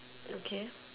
okay